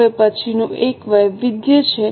હવે પછીનું એક વૈવિધ્ય છે